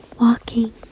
walking